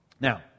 now